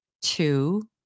Two